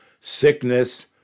sickness